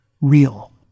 real